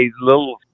little